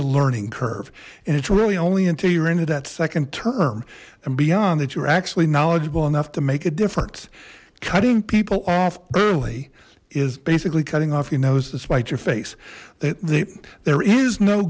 a learning curve and it's really only until you're into that second term and beyond that you're actually knowledgeable enough to make a difference cutting people off early is basically cutting off your nose to spite your face that there is no